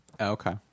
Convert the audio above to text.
okay